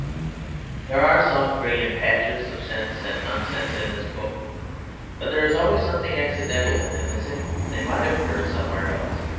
there are some brilliant patches of sense and nonsense in this book but there is always something accidental in them as if they might have occurred somewhere else.